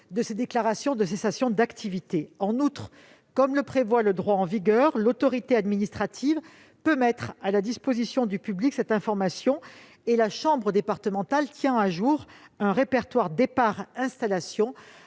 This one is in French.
de ces déclarations de cessation d'activité. En outre, comme le prévoit le droit en vigueur, l'autorité administrative peut mettre à la disposition du public cette information, et la chambre départementale tient à jour un répertoire départ-installation